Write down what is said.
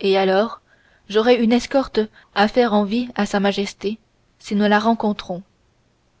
et alors j'aurai une escorte à faire envie à sa majesté si nous la rencontrons